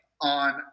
on